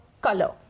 color